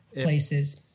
places